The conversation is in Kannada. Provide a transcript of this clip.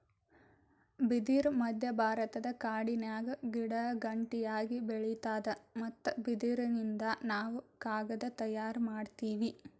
ಬಿದಿರ್ ಮಧ್ಯಭಾರತದ ಕಾಡಿನ್ಯಾಗ ಗಿಡಗಂಟಿಯಾಗಿ ಬೆಳಿತಾದ್ ಮತ್ತ್ ಬಿದಿರಿನಿಂದ್ ನಾವ್ ಕಾಗದ್ ತಯಾರ್ ಮಾಡತೀವಿ